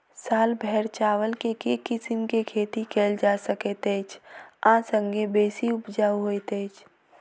साल भैर चावल केँ के किसिम केँ खेती कैल जाय सकैत अछि आ संगे बेसी उपजाउ होइत अछि?